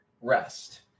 rest